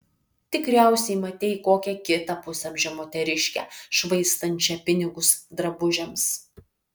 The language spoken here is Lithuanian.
tikriausiai matei kokią kitą pusamžę moteriškę švaistančią pinigus drabužiams